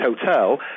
hotel